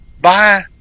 bye